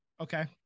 Okay